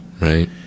Right